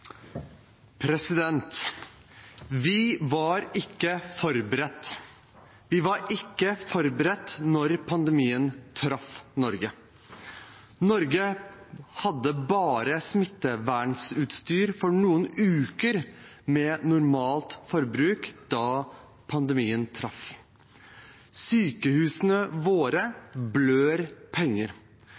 Vi var ikke forberedt da pandemien traff Norge. Norge hadde bare smittevernutstyr for noen uker med normalt forbruk da pandemien traff. Sykehusene våre blør penger.